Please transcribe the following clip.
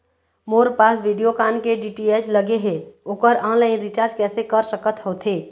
मोर पास वीडियोकॉन के डी.टी.एच लगे हे, ओकर ऑनलाइन रिचार्ज कैसे कर सकत होथे?